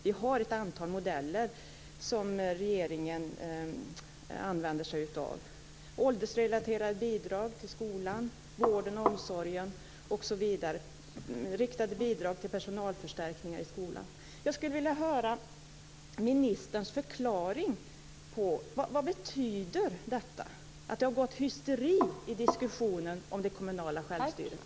Vi har ett antal modeller som regeringen använder sig av, åldersrelaterade bidrag till skolan, vården och omsorgen osv. Det finns riktade bidrag till personalförstärkningar i skolan. Jag skulle vilja höra ministerns förklaring till detta. Vad betyder det att det har gått hysteri i diskussionen om det kommunala självstyret?